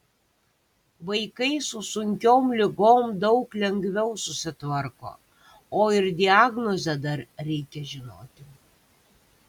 vaikai su sunkiom ligom daug lengviau susitvarko o ir diagnozę dar reikia žinoti